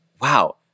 wow